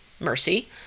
Mercy